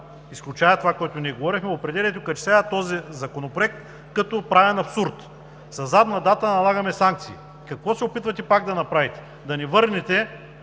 изключая това, което ние говорихме, определят и окачествяват този законопроект като правен абсурд – със задна дата налагаме санкции! Какво се опитвате пак да направите? Да ни върнете